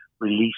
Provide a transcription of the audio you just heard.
release